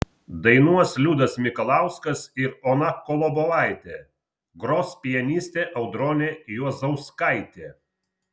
dainuos liudas mikalauskas ir ona kolobovaitė gros pianistė audronė juozauskaitė